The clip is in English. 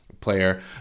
Player